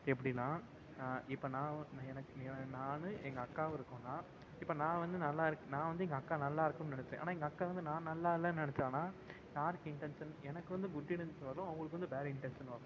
எப்படின்னா இப்போ நான் எனக்கு நான் எங்கள் அக்காவும் இருக்கோன்னால் இப்போ நான் வந்து நல்லாருக்கு நான் வந்து எங்கள் அக்கா நல்லா இருக்கணுன்னு நினச்சேன் ஆனால் எங்கள் அக்கா வந்து நான் நல்லா இல்லைன்னு நினச்சாங்கன்னா யாருக்கு இன்டென்ஷன் எனக்கு வந்து குட் இன்டென்ஷன் வரும் அவங்களுக்கு வந்து பேட் இன்டென்ஷன் வரும்